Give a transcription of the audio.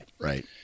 Right